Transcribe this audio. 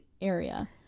area